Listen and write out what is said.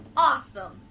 Awesome